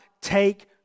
take